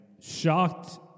shocked